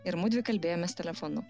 ir mudvi kalbėjomės telefonu